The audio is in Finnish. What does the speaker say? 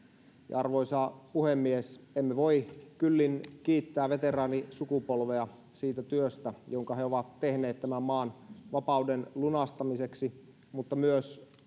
arvoisa puhemies emme voi kyllin kiittää veteraanisukupolvea siitä työstä jonka he ovat tehneet tämän maan vapauden lunastamiseksi mutta myös